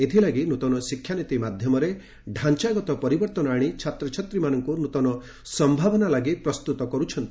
ଏଥିଲାଗି ନ୍ନତନ ଶିକ୍ଷାନୀତି ମାଧ୍ୟମରେ ଡାଞ୍ଚାଗତ ପରିବର୍ତ୍ତନ ଆଶି ଛାତ୍ରଛାତ୍ରୀମାନଙ୍କୁ ନୃତନ ସମ୍ଭାବନା ଲାଗି ପ୍ରସ୍ତୁତ କରୁଛନ୍ତି